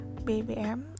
BBM